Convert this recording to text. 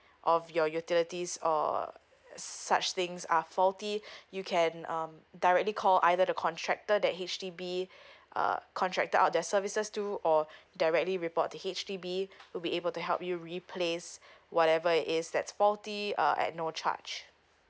of your utilities or such things are faulty you can um directly call either the contractor that H_D_B uh contracted out their services to or directly report to H_D_B will be able to help you replace whatever it is that's faulty uh at no charge